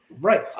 Right